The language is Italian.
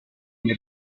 come